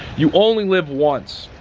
you only live once.